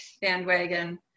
bandwagon